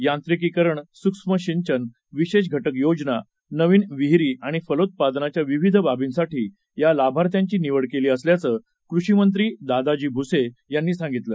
यांत्रिकीकरण सूक्ष्मसिंचन विशेष घटक योजना नविन विहीरी आणि फलोत्पादनाच्या विविध बाबींसाठी या लाभार्थ्यांची निवड केली असल्याचं कृषीमंत्री दादाजी भूसे यांनी सांगितलं